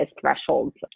thresholds